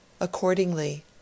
Accordingly